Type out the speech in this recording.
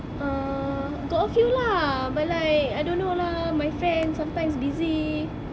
ah got a few lah but like I don't know lah my friend sometimes busy